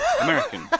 American